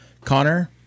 Connor